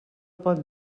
pont